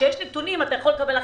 כשיש נתונים, אתה יכול לקבל החלטות.